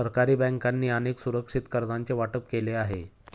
सरकारी बँकांनी अनेक असुरक्षित कर्जांचे वाटप केले आहे